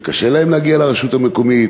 שקשה להם להגיע לרשות המקומית,